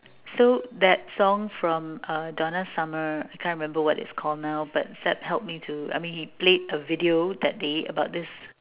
so that song from uh Donald Summer I can't remember what it's called now but Seb helped me to I mean he played a video that day about this